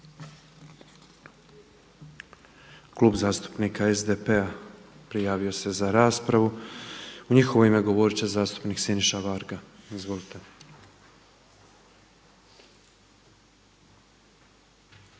Klub zastupnika SDP-a prijavio se za raspravu. U njihovo ime govorit će zastupnik Siniša Varga. Izvolite.